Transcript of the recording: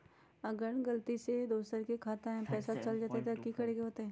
अगर गलती से दोसर के खाता में पैसा चल जताय त की करे के होतय?